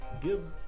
give